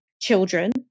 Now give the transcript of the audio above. children